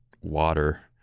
water